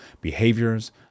behaviors